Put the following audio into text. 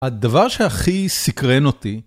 הדבר שהכי סקרן אותי